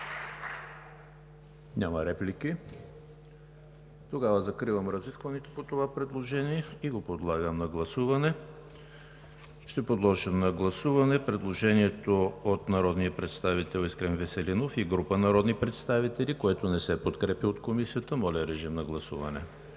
Няма реплики. Тогава закривам разискванията по това предложение и го подлагам на гласуване. Ще подложа на гласуване предложението от народния представител Искрен Веселинов и група народни представители, което не се подкрепя от Комисията. Гласували